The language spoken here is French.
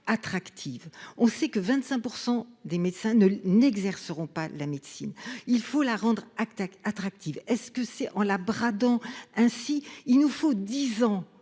on sait que 25% des médecins ne n'exerceront pas la médecine, il faut la rendre attaque attractive. Est-ce que c'est en la bradant ainsi. Il nous faut 10 ans